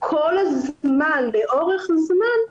כל הזמן לאורך זמן,